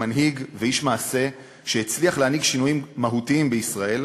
מנהיג ואיש מעשה שהצליח להנהיג שינויים מהותיים בישראל.